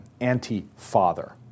anti-father